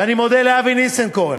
ואני מודה לאבי ניסנקורן,